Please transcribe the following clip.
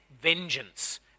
vengeance